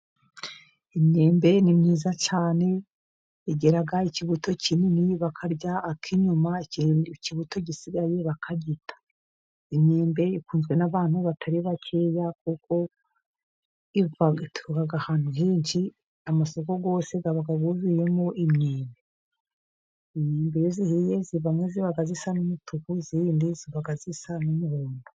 Imyembe ni myiza cyane igira ikibuto kinini bakarya ak'inyuma ikibuto gisigaye bakagita. Imyembe ikunzwe n'abantu batari bakeya kuko iva ahantu henshi, amasoko yose aba yuzuyemo imyembe. Imyembe iyo ihiye imwe iba isa n'umutuku indi iba isa n'umuhondo.